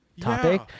topic